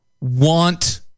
want